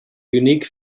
unique